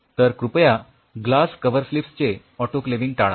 तर कृपया glass coverslips चे ऑटोक्लेविंग टाळा